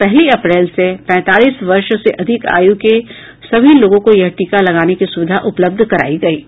पहली अप्रैल से पैंतालीस वर्ष से अधिक आयु के सभी लोगों को यह टीका लगाने की सुविधा उपलब्ध कराई गई है